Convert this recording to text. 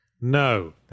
No